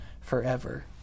forever